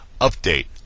Update